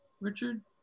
Richard